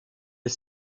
est